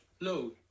No